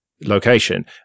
location